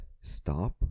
stop